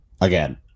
again